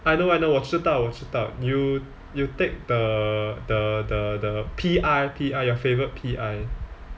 I know I know 我知道我知道 you you take the the the the P_I P_I your favourite P_I